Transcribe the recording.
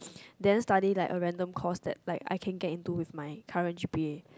then study like a random course that like I can get into with my current g_p_a